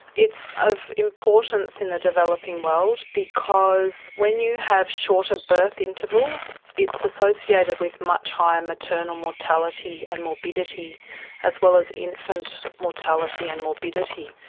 it's of importance in the developing world because when you have shorter birth intervals it's associated with much higher maternal mortality and morbidity as well as infant mortality and morbidity.